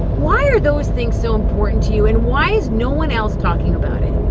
why are those things so important to you, and why is no one else talking about it?